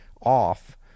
off